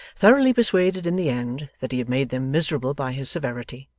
thoroughly persuaded, in the end, that he had made them miserable by his severity,